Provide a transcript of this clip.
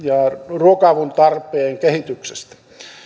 ruoka avun tarpeen kehityksestä